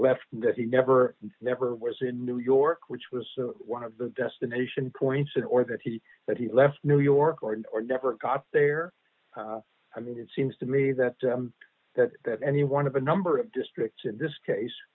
left that he never never was in new york which was one of the destination points in or that he that he left new york or never got there i mean it seems to me that that that any one of a number of districts in this case